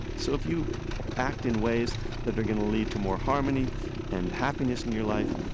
so if you act in ways that are going to lead to more harmony and happiness in your life,